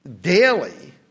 daily